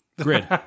Grid